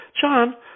John